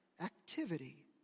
activity